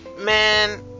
man